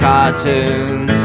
Cartoons